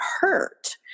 hurt